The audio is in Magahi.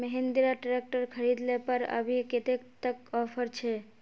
महिंद्रा ट्रैक्टर खरीद ले पर अभी कतेक तक ऑफर छे?